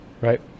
right